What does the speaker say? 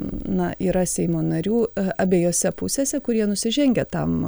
na yra seimo narių abiejose pusėse kurie nusižengia tam